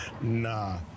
Nah